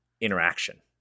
interaction